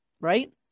right